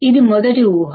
ఇది మొదటి ఊహ